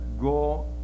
go